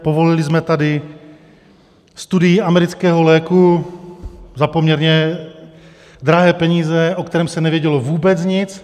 Povolili jsme tady studii amerického léku za poměrně drahé peníze, o kterém se nevědělo vůbec nic.